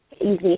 easy